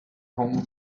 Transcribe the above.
home